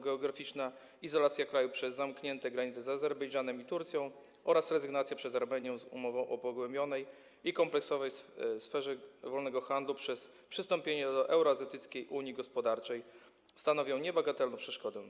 Geograficzna izolacja kraju przez zamknięte granice z Azerbejdżanem i Turcją oraz rezygnacja Armenii z umowy o pogłębionej i kompleksowej sferze wolnego handlu przez przystąpienie do Euroazjatyckiej Unii Gospodarczej stanowią niebagatelną przeszkodę.